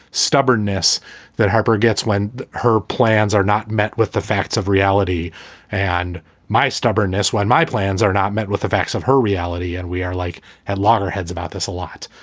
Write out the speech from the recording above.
stubbornness that harper gets when her plans are not met with the facts of reality and my stubbornness, when my plans are not met with the facts of her reality. and we are like at loggerheads about this a lot.